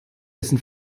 dessen